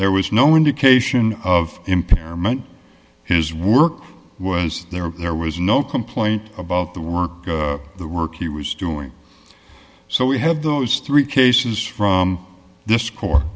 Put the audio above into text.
there was no indication of impairment his work was there or there was no complaint about the work the work he was doing so we have those three cases from this